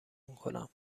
کنم